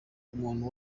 umuntu